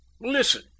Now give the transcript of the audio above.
listen